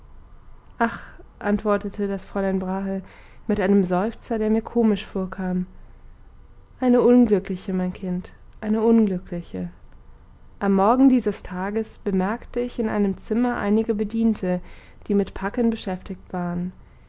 ach antwortete das fräulein brahe mit einem seufzer der mir komisch vorkam eine unglückliche mein kind eine unglückliche am morgen dieses tages bemerkte ich in einem zimmer einige bediente die mit packen beschäftigt waren